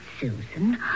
susan